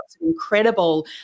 incredible